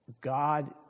God